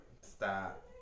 Stop